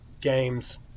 games